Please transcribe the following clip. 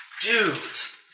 dudes